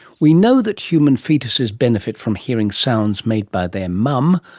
we know that human foetuses benefit from hearing sounds made by their mum,